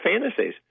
fantasies